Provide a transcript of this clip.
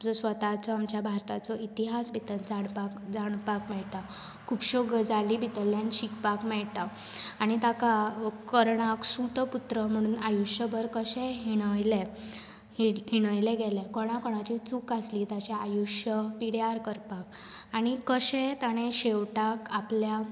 जो स्वताचो आमच्या भारताचो इतिहास भितर जाणपाक जाणपाक मेळटा खुबश्यो गजाली भितरल्यान शिकपाक मेळटा आनी ताका कर्णाक सूत पूत्र म्हण आयूश्यभर कशें हिणयले हिणयले गेले कोणा कोणाची चूक आसली ताचे आयूश्य पिड्ड्यार करपाक आनी कशें तांणे शेवटाक आपल्याक